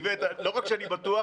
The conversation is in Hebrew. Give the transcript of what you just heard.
איווט, לא רק שאני בטוח.